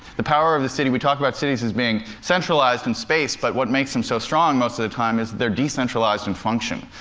the power of the city we talked about cities as being centralized in space, but what makes them so strong most of the time is they're decentralized in function.